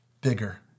Bigger